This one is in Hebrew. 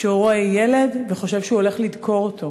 שרואה ילד וחושב שהוא הולך לדקור אותו,